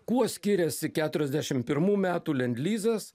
kuo skiriasi keturiasdešim pirmų metų lendlizas